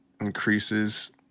increases